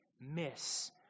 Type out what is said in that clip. miss